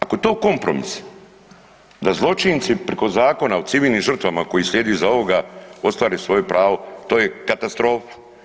Ako je to kompromis da zločinci preko zakona o civilnim žrtvama koji slijedi iza ovoga, ostvare svoje prava, to je katastrofa.